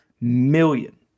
million